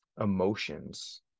emotions